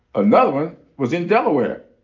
another was in delaware.